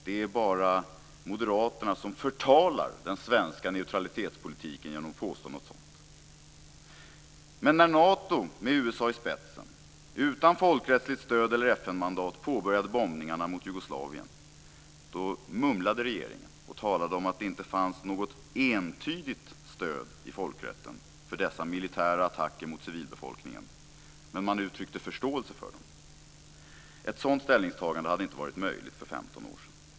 Det är bara moderaterna som förtalar den svenska neutralitetspolitiken genom att påstå något sådant. Men när Nato med USA i spetsen utan folkrättsligt stöd eller FN-mandat påbörjat bombningarna mot Jugoslavien mumlade regeringen och talade om att det inte fanns något entydigt stöd i folkrätten för dessa militära attacker mot civilbefolkningen, men man uttryckte förståelse för dem. Ett sådant ställningstagande hade inte varit möjligt för 15 år sedan.